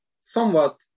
somewhat